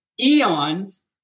eons